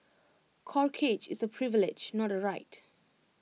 corkage is A privilege not A right